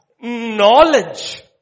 knowledge